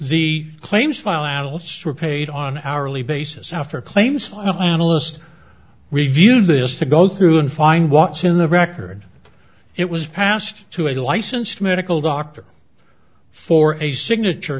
the claims file analysts were paid on hourly basis after claims analyst reviewed this to go through and find what's in the record it was passed to a licensed medical doctor for a signature